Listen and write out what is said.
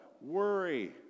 worry